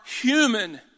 human